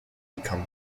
become